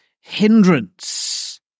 hindrance